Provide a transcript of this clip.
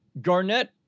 Garnett